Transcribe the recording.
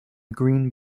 green